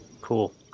Cool